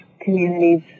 communities